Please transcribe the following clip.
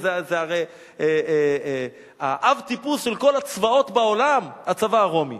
זה הרי אב-טיפוס של כל הצבאות בעולם, הצבא הרומי.